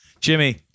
Jimmy